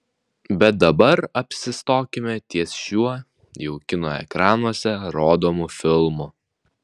bet dabar apsistokime ties šiuo jau kino ekranuose rodomu filmu